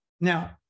Now